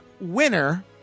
winner